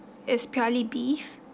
it's purely beef